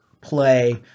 play